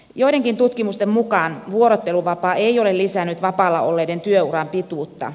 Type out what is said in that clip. joidenkin tutkimusten mukaan vuorotteluvapaa ei ole lisännyt vapaalla olleiden työuran pituutta